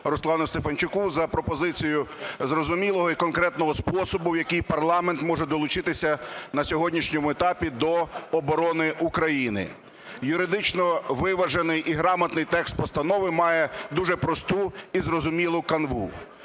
Руслану Стефанчуку за пропозицію зрозумілого і конкретного способу, в який парламент може долучитися на сьогоднішньому етапі до оборони України. Юридично виважений і грамотний текст постанови має дуже просту і зрозумілу канву.